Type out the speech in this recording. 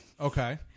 Okay